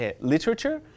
literature